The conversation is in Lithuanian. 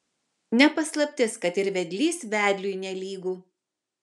ne paslaptis kad ir vedlys vedliui nelygu